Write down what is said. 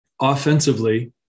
Offensively